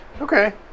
Okay